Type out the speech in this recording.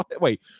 Wait